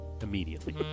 Immediately